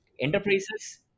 enterprises